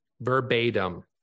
Verbatim